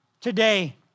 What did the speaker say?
today